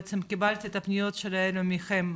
בעצם קיבלתי את הפניות שלהם מכם.